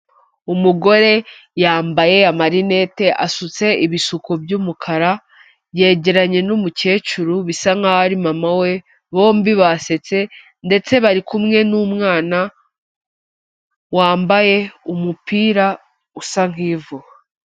Umugore yambaye amarinete asutse ibishuko by'umukara yegeranye n'umukecuru bisa nkaho ari mama we, bombi basetse ndetse bari kumwe n'umwana wambaye umupira usa nk'ivu.